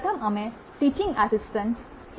પ્રથમ અમે teaching assistants T